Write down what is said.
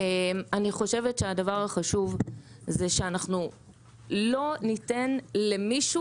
אני חושבת שהדבר החשוב זה שאנחנו לא ניתן למישהו